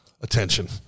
attention